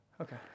Okay